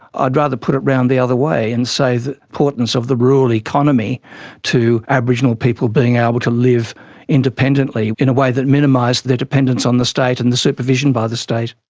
i'd rather put it round the other way and say the importance of the rural economy to aboriginal people being able to live independently in a way that minimised their dependence on the state and the supervision by the state.